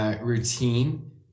Routine